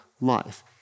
life